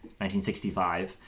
1965